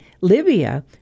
Libya